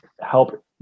help